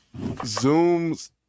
zooms